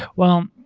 well,